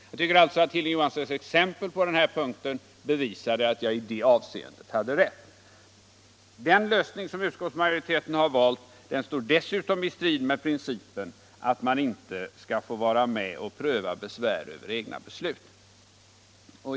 Jag tycker således att Hilding Johanssons exempel på den här punkten bevisade att jag i det avseendet hade rätt. Den lösning som utskottsmajoriteten har valt står dessutom i strid med principen att man inte skall få vara med och pröva besvär över egna beslut.